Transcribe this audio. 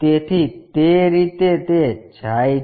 તેથી તે તે રીતે જાય છે